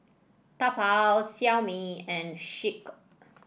Taobao Xiaomi and Schick